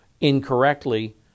incorrectly